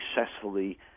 successfully